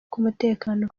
k’umutekano